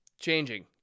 changing